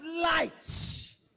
light